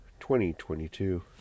2022